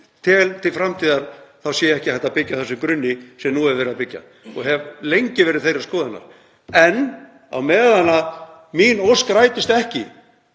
til framtíðar að það sé ekki hægt að byggja á þeim grunni sem nú er verið að byggja á og hef lengi verið þeirrar skoðunar. En á meðan mín ósk rætist ekki